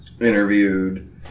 interviewed